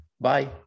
Bye